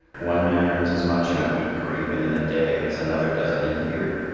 one man earns as much in a week or even in a day as another does in a year.